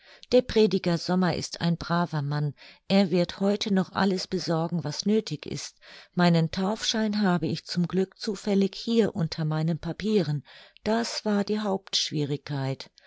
der prediger sommer ist ein braver mann er wird heute noch alles besorgen was nöthig ist meinen taufschein habe ich zum glück zufällig hier unter meinen papieren das war die